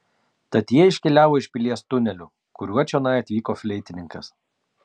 tad jie iškeliavo iš pilies tuneliu kuriuo čionai atvyko fleitininkas